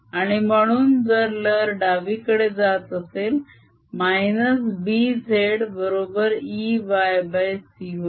आणि म्हणून जर लहर डावीकडे जात असेल Bz बरोबर Eyc होईल